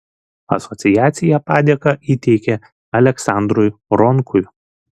asociacija padėką įteikė aleksandrui ronkui